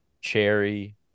cherry